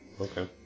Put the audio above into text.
Okay